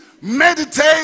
Meditate